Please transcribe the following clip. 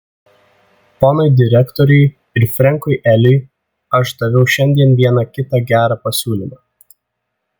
ponui direktoriui ir frenkui eliui aš daviau šiandien vieną kitą gerą pasiūlymą